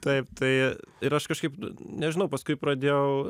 taip tai ir aš kažkaip nežinau paskui pradėjau